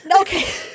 Okay